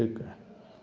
ठीकु आहे